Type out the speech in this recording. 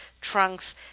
trunks